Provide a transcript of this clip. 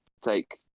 take